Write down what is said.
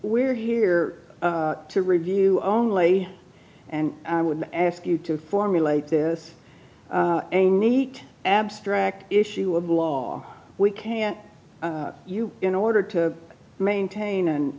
we're here to review only and i would ask you to formulate this a neat abstract issue of law we can't you in order to maintain and